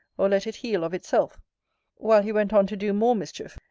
or let it heal of itself while he went on to do more mischief,